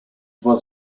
was